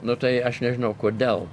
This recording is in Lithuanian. nu tai aš nežinau kodėl